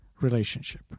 relationship